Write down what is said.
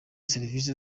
serivise